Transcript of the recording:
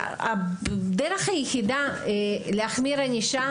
הדרך היחידה להחמיר ענישה